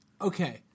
okay